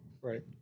right